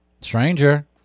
Stranger